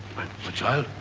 my child,